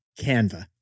Canva